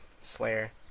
Slayer